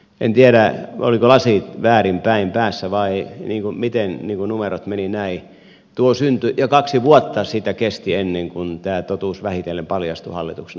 en tiedä olivatko lasit väärin päin päässä vai miten numerot menivät näin ja kaksi vuotta sitä kesti ennen kuin tämä totuus vähitellen paljastui hallitukselle